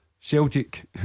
Celtic